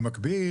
במקביל,